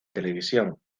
televisión